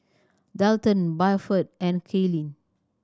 Delton Buford and Kayli